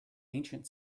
ancient